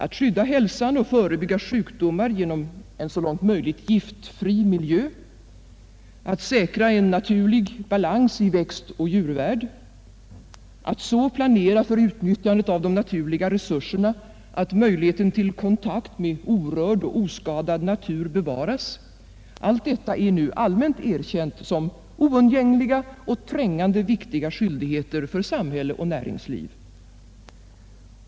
Att skydda hälsan och förebygga sjukdomar genom en så långt möjligt giftfri miljö, att säkra en naturlig balans i växtoch djurvärld, att så planera för utnyttjandet av de naturliga resurserna att möjligheten till kontakt med orörd och oskadad natur bevaras — allt detta är nu allmänt erkänt som oundgängliga och trängande viktiga skyldigheter för samhälle och näringsliv.